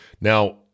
Now